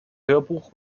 hörbuch